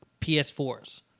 PS4s